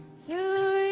to